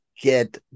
get